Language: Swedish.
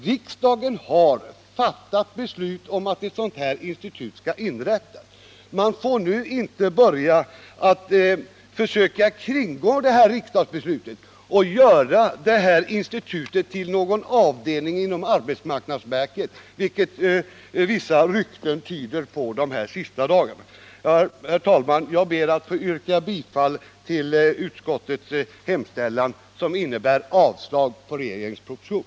Riksdagen har fattat beslut om att ett sådant här institut skall inrättas. Man får nu inte börja försöka kringgå det riksdagsbeslutet och göra institutet till någon avdelning inom arbetsmarknadsverket, vilket vissa rykten de senaste dagarna tyder på. Jag ber att få yrka bifall till utskottets hemställan, som innebär avslag på regeringens proposition.